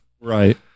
Right